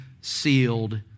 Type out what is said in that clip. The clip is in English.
sealed